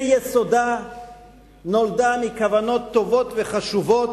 ביסודה נולדה מכוונות טובות וחשובות,